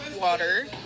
water